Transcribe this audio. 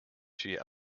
she